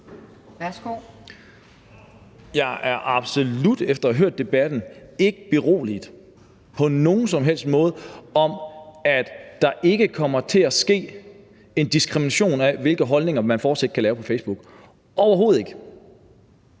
Mathiesen (NB): Efter at have hørt debatten er jeg absolut ikke beroliget på nogen som helst måde, i forhold til at der ikke kommer til at ske en diskrimination af, hvilke holdninger man fortsat kan ytre på Facebook – overhovedet ikke.